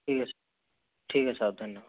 ठीक है सर ठीक है साहब धन्यवाद